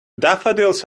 daffodils